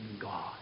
God